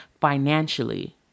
financially